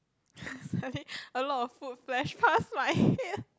suddenly a lot of food flash past my head